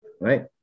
Right